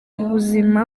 ubuzima